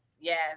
Yes